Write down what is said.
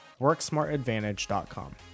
WorkSmartAdvantage.com